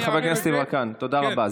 חבר הכנסת יברקן, תודה רבה.